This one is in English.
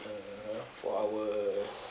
uh for our